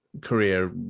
career